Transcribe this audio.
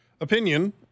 opinion